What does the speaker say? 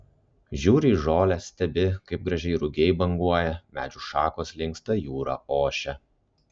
žiūri į žolę stebi kaip gražiai rugiai banguoja medžių šakos linksta jūra ošia